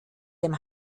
dem